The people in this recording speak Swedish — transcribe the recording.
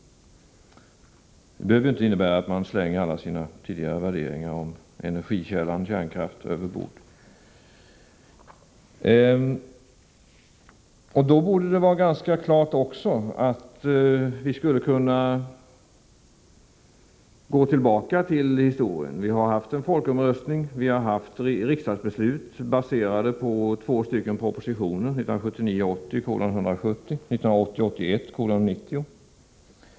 Det innebär inte att man slänger alla tidigare värderingar om energikällan kärnkraft över bord. Då borde det också vara ganska klart att vi kan gå tillbaka till historien. Vi har haft en folkomröstning. Vi har haft riksdagsbeslut baserade på två propositioner, 1979 81:90.